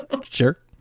sure